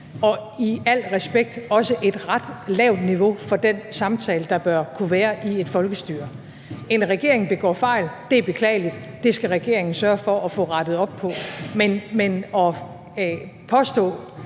og i al respekt også et ret lavt niveau for den samtale, der bør kunne være i et folkestyre. En regering begår fejl, og det er beklageligt. Det skal regeringen sørge for at få rettet op på. Men det,